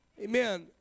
Amen